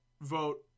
vote